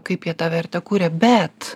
kaip jie tą vertę kuria bet